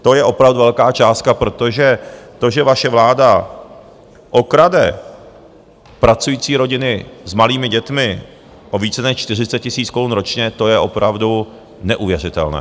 To je opravdu velká částka, protože to, že vaše vláda okrade pracující rodiny s malými dětmi o více než 40 tisíc korun ročně, to je opravdu neuvěřitelné.